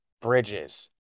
bridges